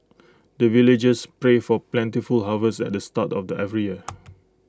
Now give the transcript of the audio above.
the villagers pray for plentiful harvest at the start of the every year